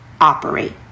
operate